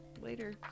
later